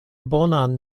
bonan